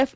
F